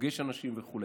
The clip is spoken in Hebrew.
פוגש אנשים וכו'.